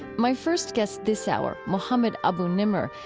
my first guest this hour, mohammed abu-nimer,